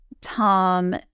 Tom